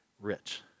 rich